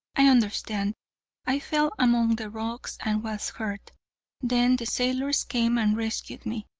i understand i fell among the rocks and was hurt then the sailors came and rescued me,